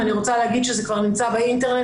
אני רוצה להגיד שזה כבר נמצא באינטרנט,